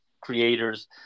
creators